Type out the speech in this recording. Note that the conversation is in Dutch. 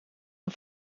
hun